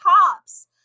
cops